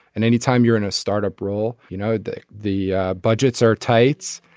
and anytime you're in a startup role you know that the budgets are tight.